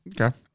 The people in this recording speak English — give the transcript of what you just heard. Okay